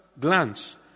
glance